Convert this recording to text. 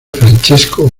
francesco